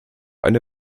eine